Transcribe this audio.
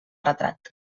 retrat